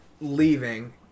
leaving